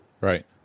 Right